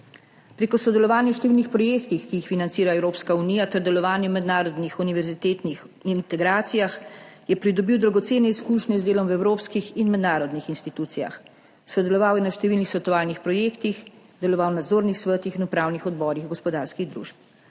Prek sodelovanj v številnih projektih, ki jih financira Evropska unija, ter delovanja v mednarodnih univerzitetnih integracijah je pridobil dragocene izkušnje z delom v evropskih in mednarodnih institucijah. Sodeloval je na številnih svetovalnih projektih, deloval v nadzornih svetih in upravnih odborih gospodarskih družb.